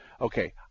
Okay